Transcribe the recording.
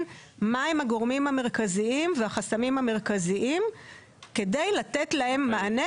מהם הגורמים המרכזים והחסמים המרכזים כדי לתת להם מענה,